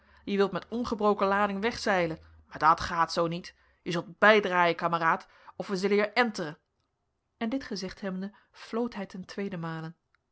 je wilt met ongebroken lading wegzeilen maar dat gaat zoo niet je zult bijdraaien kameraad of we zullen jou enteren en dit gezegd hebbende floot hij ten tweedenmale de